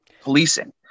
policing